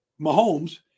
Mahomes –